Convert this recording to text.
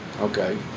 Okay